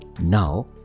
Now